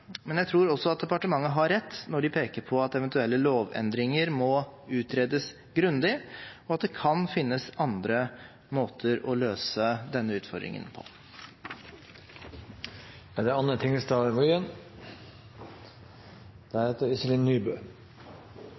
men jeg tror også at departementet har rett når de peker på at eventuelle lovendringer må utredes grundig, og at det kan finnes andre måter å løse denne utfordringen på. Opplæringsloven er